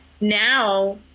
now